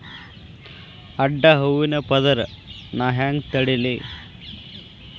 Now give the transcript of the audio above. ಅಡ್ಡ ಹೂವಿನ ಪದರ್ ನಾ ಹೆಂಗ್ ತಡಿಲಿ?